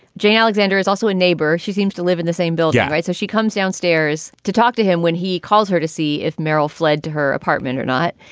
jay alexander is also a neighbor. she seems to live in the same building. so she comes downstairs to talk to him when he calls her to see if merrill fled to her apartment or not.